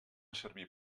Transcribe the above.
servir